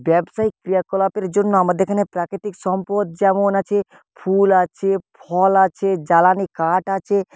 ব্যবসায়ীক ক্রিয়াকলাপের জন্য আমাদের এখানে প্রাকৃতিক সম্পদ যেমন আছে ফুল আছে ফল আছে জ্বালানি কাট আছে